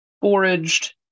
foraged